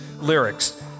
lyrics